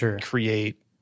create